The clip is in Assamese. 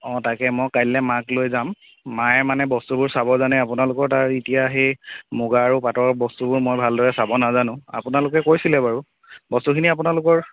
অঁ তাকে মই কাইলৈ মাক লৈ যাম মায়ে মানে বস্তুবোৰ চাব জানে আপোনালোকৰ তাত এতিয়া সেই মুগা আৰু পাটৰ বস্তুবোৰ মই ভালদৰে চাব নাজানো আপোনালোকে কৈছিলে বাৰু বস্তুখিনি আপোনালোকৰ